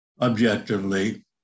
objectively